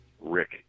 rick